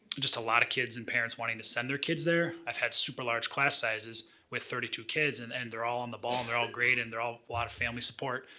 just a lot of kids and parents wanting to send their kids there? i've had super large class sizes with thirty two kids and and they're all on the ball, and they're all great. and they're all a lot of family support.